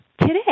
today